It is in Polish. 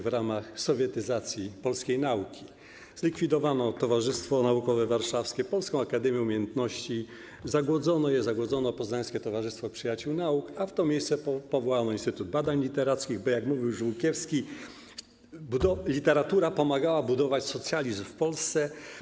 W ramach sowietyzacji polskiej nauki zlikwidowano Towarzystwo Naukowe Warszawskie, Polską Akademię Umiejętności, zagłodzono, nie zagłodzono, Poznańskie Towarzystwo Przyjaciół Nauk, a w to miejsce powołano Instytut Badań Literackich, bo jak mówił Żółkiewski, literatura pomagała budować socjalizm w Polsce.